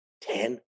ten